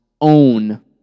own